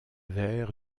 ver